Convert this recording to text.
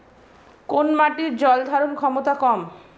কোন মাটির জল ধারণ ক্ষমতা কম?